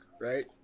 Right